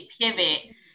pivot